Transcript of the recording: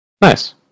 nice